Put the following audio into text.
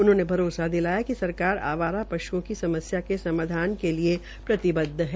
उन्होंने कहा भरोसा दिलाया कि सरकार अवारा पश्ओं की समस्या के समाधान के लिए प्रतिबद्व है